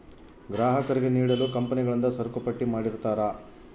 ಗ್ರಾಹಕರಿಗೆ ನೀಡಲು ಕಂಪನಿಗಳಿಂದ ಸರಕುಪಟ್ಟಿ ಮಾಡಿರ್ತರಾ